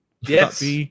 Yes